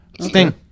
Sting